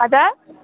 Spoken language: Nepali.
हजुर